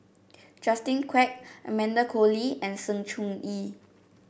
Justin Quek Amanda Koe Lee and Sng Choon Yee